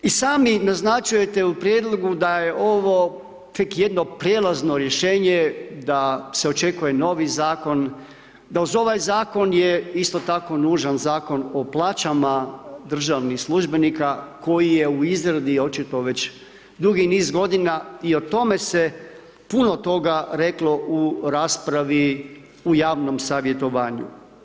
I sami naznačujete u prijedlogu da je ovo tek jedno prijelazno rješenje, da se očekuje novi zakon, da uz ovaj zakon je isto tako nužan Zakon o plaćama državnih službenika koji je u izradi očito već dugi niz godina i o tome se puno toga reklo u raspravi u javnom savjetovanju.